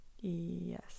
Yes